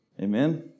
Amen